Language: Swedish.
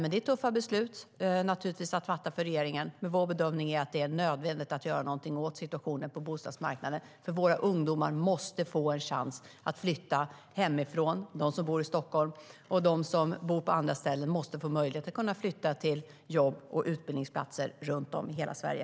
Det är tuffa beslut att fatta för regeringen, men vår bedömning är att det är nödvändigt att göra någonting åt situationen på bostadsmarknaden. Våra ungdomar - särskilt de som bor i Stockholm - måste få en chans att flytta hemifrån, och de som bor på andra ställen måste få möjlighet att flytta till jobb och utbildningsplatser runt om i hela Sverige.